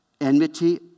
enmity